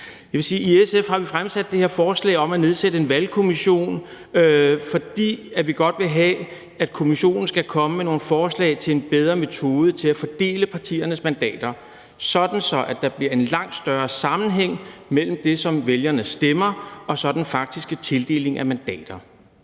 I SF har vi fremsat det her forslag om at nedsætte en valgkommission, fordi vi godt vil have, at kommissionen skal komme med nogle forslag til en bedre metode til at fordele partiernes mandater, sådan at der bliver en langt større sammenhæng mellem det, som vælgerne stemmer, og den faktiske tildeling af mandater.